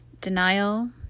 Denial